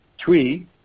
three